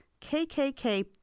KKK